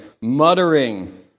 muttering